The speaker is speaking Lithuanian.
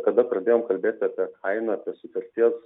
kada pradėjom kalbėt apie kainą apie sutarties